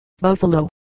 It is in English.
Buffalo